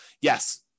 yes